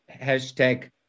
hashtag